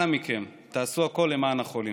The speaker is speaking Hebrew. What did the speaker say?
אנא מכם, תעשו הכול למען החולים.